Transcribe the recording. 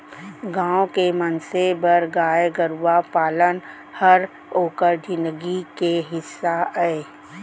गॉँव के मनसे बर गाय गरूवा पालन हर ओकर जिनगी के हिस्सा अय